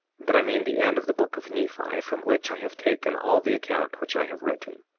but i mean the end of the book of nephi, from which i have taken all the account which i have written.